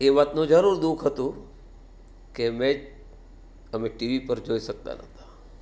એ વાતનું જરૂર દુખ હતું કે મેચ અમે ટીવી પર જોઈ શકતા ન હતા